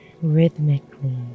Rhythmically